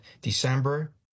December